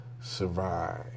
survive